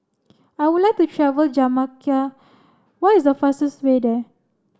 I would like to travel Jamaica what is the fastest way there